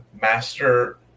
master